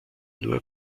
nur